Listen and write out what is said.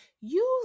Use